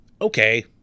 okay